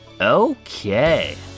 Okay